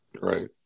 Right